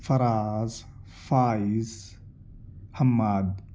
Faraz Faiz Hammad